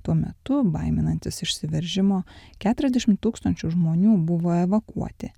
tuo metu baiminantis išsiveržimo keturiasdešim tūkstančių žmonių buvo evakuoti